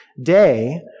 day